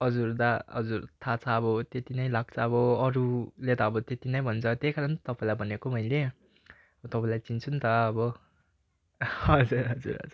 हजुर दा हजुर थाहा छ अब त्यति नै लाग्छ अब अरूले त अब त्यति नै भन्छ त्यहीकारण त तपाईँलाई भनेको मैले तपाईँलाई चिन्छु नि त अब हजुर हजुर